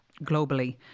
globally